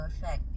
perfect